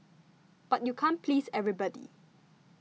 but you can't please everybody